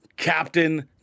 Captain